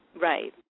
Right